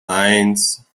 eins